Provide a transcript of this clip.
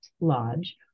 lodge